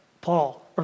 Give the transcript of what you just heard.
Paul